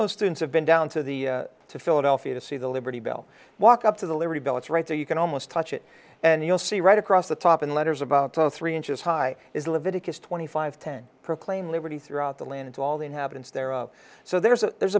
most students have been down to the to philadelphia to see the liberty bell walk up to the liberty bell it's right there you can almost touch it and you'll see right across the top and letters about three inches high is leviticus twenty five ten proclaim liberty throughout the land to all the inhabitants there so there's a there's